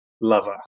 lover